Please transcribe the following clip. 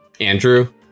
andrew